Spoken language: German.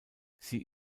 sie